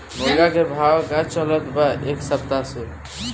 मुर्गा के भाव का चलत बा एक सप्ताह से?